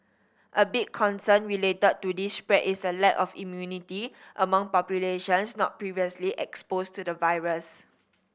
a big concern related to this spread is a lack of immunity among populations not previously exposed to the virus